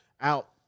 out